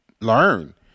Learn